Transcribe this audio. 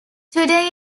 today